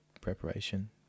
preparation